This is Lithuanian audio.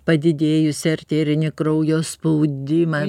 padidėjusį arterinį kraujo spaudimą